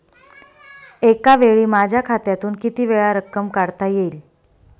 एकावेळी माझ्या खात्यातून कितीवेळा रक्कम काढता येईल?